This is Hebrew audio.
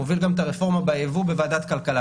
גם מוביל את הרפורמה ביבוא בוועדת הכלכלה.